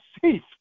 safe